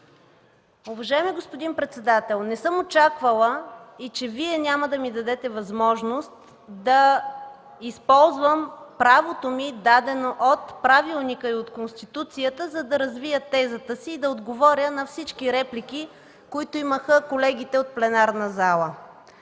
Уважаеми господин председател! Не съм очаквала, че и Вие няма да ми дадете възможност да използвам правото, дадено ми от правилника и от Конституцията, за да развия тезата си и да отговоря на всички реплики, които имаха колегите от пленарната зала.